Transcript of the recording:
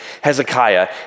Hezekiah